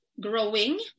growing